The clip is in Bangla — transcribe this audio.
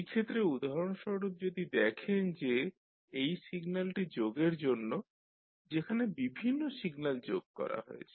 এই ক্ষেত্রে উদাহরণস্বরূপ যদি দেখেন যে এই সিগন্যালটি যোগের জন্য যেখানে বিভিন্ন সিগন্যাল যোগ করা হয়েছে